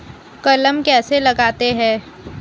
कलम कैसे लगाते हैं?